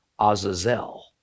Azazel